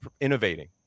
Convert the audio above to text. innovating